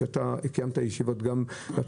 ואתה קיימת על כך ישיבות גם בפגרה,